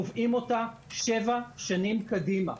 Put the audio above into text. קובעים אותה שבע שנים קדימה,